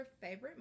favorite